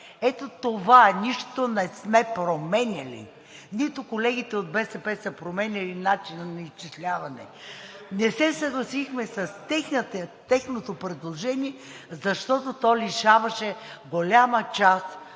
Ето това е, нищо не сме променяли. Нито колегите от БСП са променяли начина на изчисляване. Не се съгласихме с тяхното предложение, защото то лишаваше голяма част